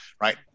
right